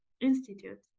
Institute